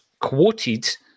quoted